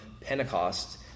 Pentecost